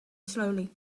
slowly